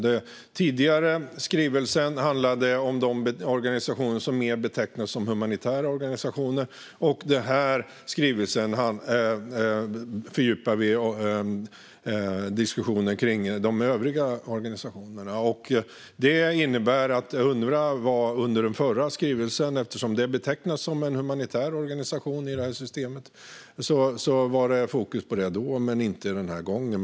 Den tidigare skrivelsen handlade om de organisationer som mer betecknas som humanitära organisationer, och i denna skrivelse fördjupar vi diskussionen kring de övriga organisationerna. Detta innebär att Unrwa fanns med i den förra skrivelsen. Eftersom det betecknas som en humanitär organisation i systemet låg fokus på den då, men inte den här gången.